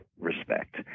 respect